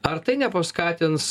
ar tai nepaskatins